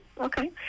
Okay